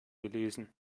gelesen